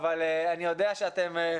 אתם רואים שזה משתנה מיום ליום.